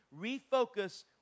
refocus